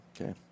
Okay